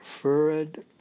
furred